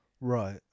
Right